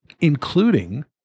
including